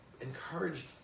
encouraged